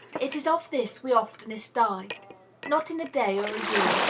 it is of this, we oftenest die not in a day or a year,